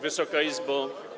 Wysoka Izbo!